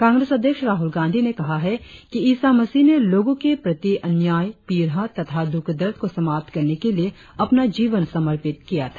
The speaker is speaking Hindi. कांग्रेस अध्यक्ष राहुल गांधी ने कहा है कि ईसा मसीह ने लोगो के प्रति अन्याय पीड़ा तथा दुख दर्द को समाप्त करने के लिए अपना जीवन समर्पित किया था